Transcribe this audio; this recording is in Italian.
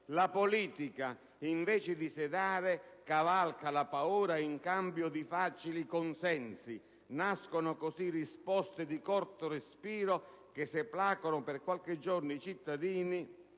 la politica, invece di sedare, cavalca la paura in cambio di facili consensi; nascono così risposte di corto respiro che, se placano per qualche giorno i cittadini,